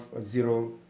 zero